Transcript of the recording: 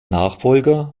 nachfolger